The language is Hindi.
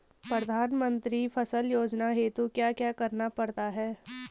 प्रधानमंत्री फसल योजना हेतु क्या क्या करना पड़ता है?